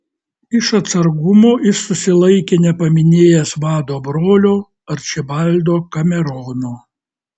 iš atsargumo jis susilaikė nepaminėjęs vado brolio arčibaldo kamerono